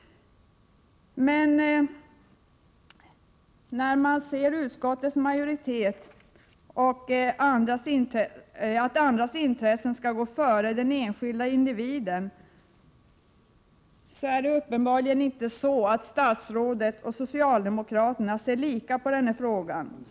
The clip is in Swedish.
När man ser utskottsmajoritetens skrivning, som innebär att andras intressen skall gå före den enskilda individens, blir det uppenbart att statsrådet och socialdemokraterna inte ser på samma sätt på denna fråga.